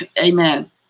amen